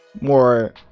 More